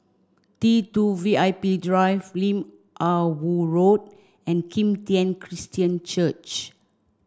T two V I P Drive Lim Ah Woo Road and Kim Tian Christian Church